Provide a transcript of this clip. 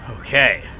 Okay